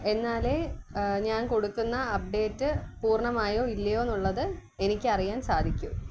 എന്നാലേ ഞാൻ കൊടുക്കുന്ന അപ്ഡേറ്റ് പൂർണ്ണമായോ ഇല്ലയോയെന്നുള്ളത് എനിക്ക് അറിയാൻ സാധിക്കു